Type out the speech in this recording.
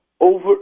over